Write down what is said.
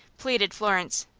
pleaded florence.